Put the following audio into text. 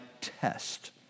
test